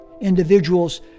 individuals